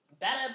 better